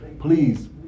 please